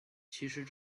其实